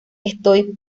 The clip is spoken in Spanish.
estoy